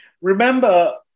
Remember